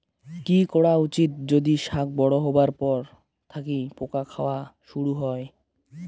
কি করা উচিৎ যদি শাক বড়ো হবার পর থাকি পোকা খাওয়া শুরু হয়?